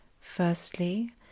Firstly